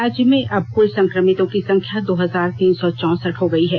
राज्य में अब क्ल संकमितों की संख्या दो हजार तीन सौ चौसठ हो गयी है